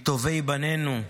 מטובי ביננו,